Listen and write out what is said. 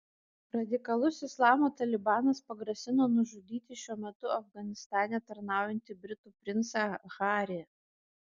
radikalus islamo talibanas pagrasino nužudyti šiuo metu afganistane tarnaujantį britų princą harį